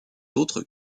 autres